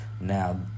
Now